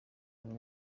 umwe